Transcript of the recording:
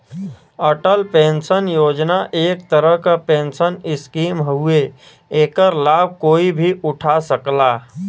Atal pension Yojana एक तरह क पेंशन स्कीम हउवे एकर लाभ कोई भी उठा सकला